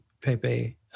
Pepe